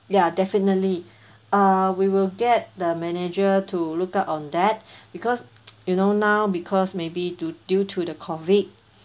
ya definitely uh we will get the manager to look out on that because you know now because maybe to due to the COVID